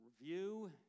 review